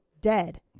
dead